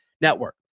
Network